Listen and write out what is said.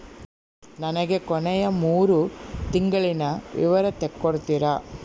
ನನಗ ಕೊನೆಯ ಮೂರು ತಿಂಗಳಿನ ವಿವರ ತಕ್ಕೊಡ್ತೇರಾ?